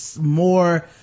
more